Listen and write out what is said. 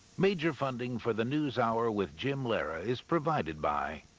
major funding for the news hour with jim lehrer is provided by.